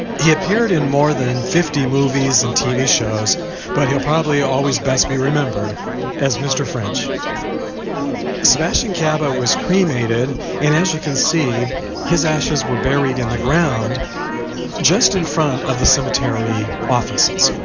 he appeared in more than fifty movies and tv shows but he'll probably always best be remembered as mr. french the sebastian cabot was cremated and as you can see his ashes were buried in the ground just in front of the cemetery offices